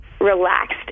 relaxed